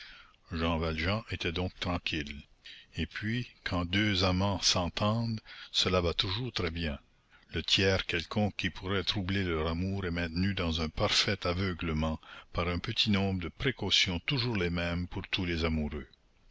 jean valjean était donc tranquille et puis quand deux amants s'entendent cela va toujours très bien le tiers quelconque qui pourrait troubler leur amour est maintenu dans un parfait aveuglement par un petit nombre de précautions toujours les mêmes pour tous les amoureux